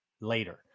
later